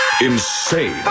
Insane